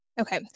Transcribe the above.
Okay